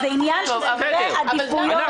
זה עניין של סדרי עדיפויות.